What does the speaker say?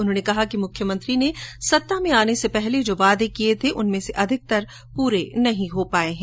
उन्होंने कहा कि मुख्यमंत्री ने सत्ता में आने से पहले जो वादे किए थे उनमें से अधिकतर पूरे नहीं हो पाए हैं